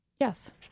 Yes